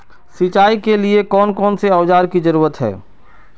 सिंचाई के लिए कौन कौन से औजार की जरूरत है?